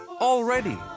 Already